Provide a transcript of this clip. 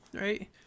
Right